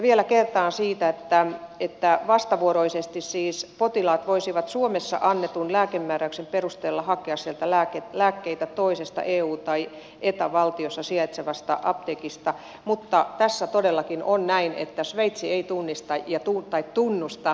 vielä kertaan siitä että vastavuoroisesti siis potilaat voisivat suomessa annetun lääkemääräyksen perusteella hakea lääkkeitä sieltä toisessa eu tai eta valtiossa sijaitsevasta apteekista mutta tässä todellakin on näin että sveitsi ei tunnusta vielä tätä